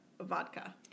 vodka